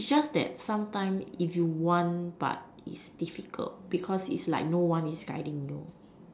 it's just that sometime if you want but it's difficult because no one is guiding you